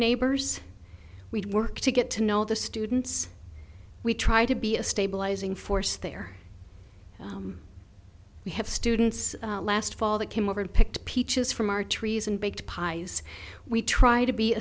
neighbors we work to get to know the students we try to be a stabilizing force there we have students last fall that came over and picked peaches from our trees and bake pies we try to be